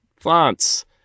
fonts